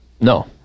No